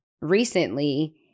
recently